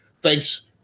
thanks